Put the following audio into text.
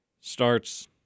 starts